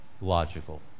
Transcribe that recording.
logical